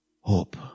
hope